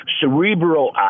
cerebral